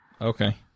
Okay